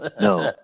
No